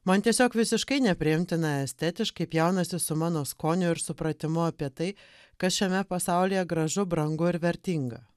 man tiesiog visiškai nepriimtina estetiškai pjaunasi su mano skoniu ir supratimu apie tai kas šiame pasaulyje gražu brangu ir vertinga